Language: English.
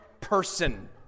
person